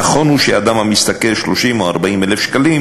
נכון הוא שאדם המשתכר 30,000 או 40,000 שקלים